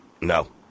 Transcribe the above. No